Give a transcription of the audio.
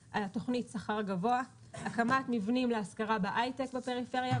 2. תוכנית "שכר גבוה"; 3. הקמת מבנים להשכרה להייטק בפריפריה,